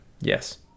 Yes